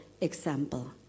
example